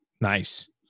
Nice